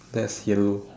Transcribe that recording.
that's yellow